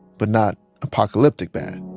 but not apocalyptic-bad.